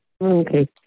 Okay